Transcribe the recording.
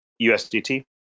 USDT